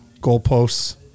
goalposts